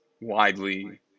widely